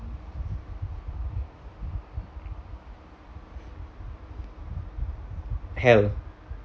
hell